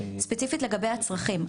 ספציפית לגבי הצרכים,